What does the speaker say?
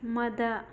ꯃꯗꯥ